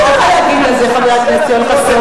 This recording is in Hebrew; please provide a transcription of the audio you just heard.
מה יש לך להגיד על זה, חבר הכנסת יואל חסון?